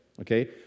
okay